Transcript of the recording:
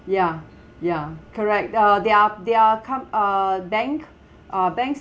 ya ya correct the their their come uh bank uh bank